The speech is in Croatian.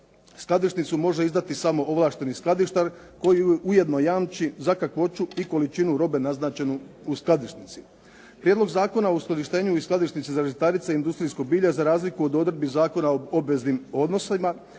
skladišnicu može izdati samo ovlašteni skladištar koji ujedno jamči za kakvoću i količinu robe naznačenu u skladišnici. Prijedlog zakona o uskladištenju i skladišnici za žitarice i industrijsko bilje, za razliku od odredbi Zakona o obveznim odnosima,